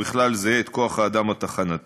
ובכלל זה את כוח-האדם התחנתי,